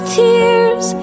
tears